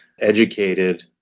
educated